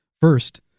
First